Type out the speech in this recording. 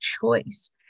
choice